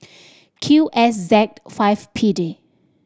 Q S Z five P D